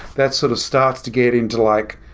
that sort of starts to get into like,